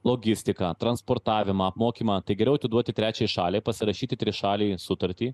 logistiką transportavimą apmokymą tai geriau atiduoti trečiai šaliai pasirašyti trišalei sutartį